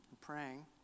praying